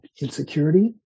insecurity